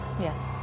Yes